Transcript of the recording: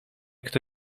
kto